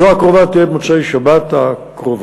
זו הקרובה תהיה במוצאי שבת הקרובה.